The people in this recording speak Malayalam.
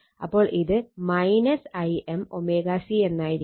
അപ്പോൾ ഇത് Im ω C എന്നായിരിക്കും